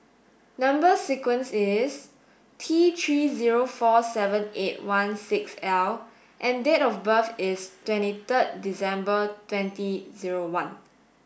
number sequence is T three zero four seven eight one six L and date of birth is twenty third December twenty zero one